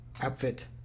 outfit